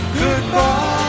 goodbye